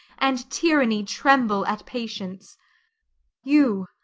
and tyranny tremble at patience you,